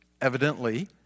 evidently